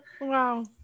wow